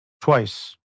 twice